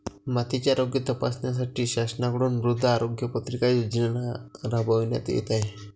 मातीचे आरोग्य तपासण्यासाठी शासनाकडून मृदा आरोग्य पत्रिका योजना राबविण्यात येत आहे